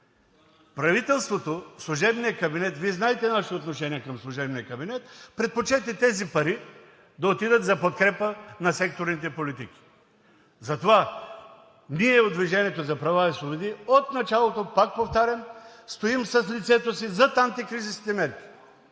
Правителството, служебният кабинет, Вие знаете нашето отношение към служебния кабинет, предпочете тези пари да отидат за подкрепа на секторните политики. Затова ние от „Движение за права и свободи“ от началото, пак повтарям, стоим с лицето си зад антикризисните мерки.